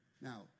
Now